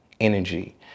energy